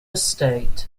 estate